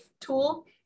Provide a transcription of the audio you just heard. tool